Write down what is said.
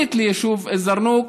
מזרחית ליישוב א-זרנוק,